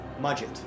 mudget